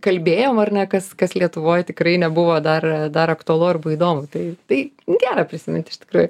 kalbėjom ar ne kas kas lietuvoj tikrai nebuvo dar dar aktualu arba įdomu tai tai gera prisimint iš tikrųjų